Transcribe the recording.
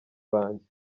banjye